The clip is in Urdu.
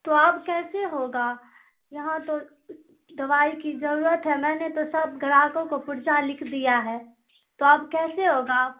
تو اب کیسے ہوگا یہاں تو دوائی کی ضرورت ہے میں نے تو سب گراہکوں کو پرجا لکھ دیا ہے تو اب کیسے ہوگا